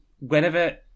Whenever